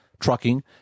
trucking